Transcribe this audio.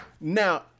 Now